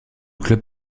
club